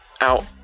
out